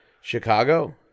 Chicago